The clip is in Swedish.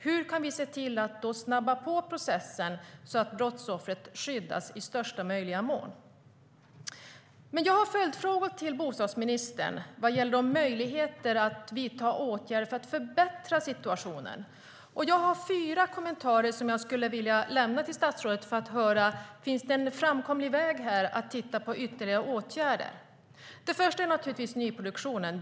Hur kan vi snabba på processen så att brottsoffret skyddas i största möjliga mån? Den första är nyproduktionen.